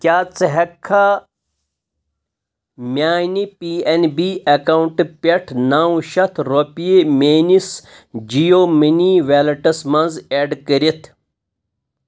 کیٛاہ ژٕ ہٮ۪کھا میانہِ پی ایٚن بی اکاونٹہٕ پٮ۪ٹھ نو شیٚتھ رۄپیہٕ میٲنِس جِیو مٔنی ویلیٹَس منٛز ایڈ کٔرِتھ؟